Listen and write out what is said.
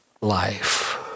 life